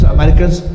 Americans